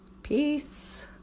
peace